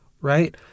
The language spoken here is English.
right